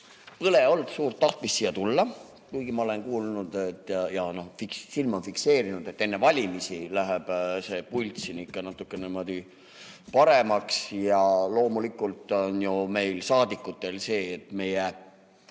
Põle olnud suurt tahtmist siia tulla, kuigi ma olen kuulnud ja silm on fikseerinud, et enne valimisi läheb see pult siin natuke paremaks. Ja loomulikult on meil, saadikutel, see, et meie